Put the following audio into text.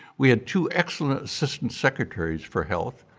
we had two excellent assistant secretaries for health,